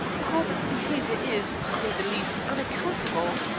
corbett's behavior is, to say the least, unaccountable.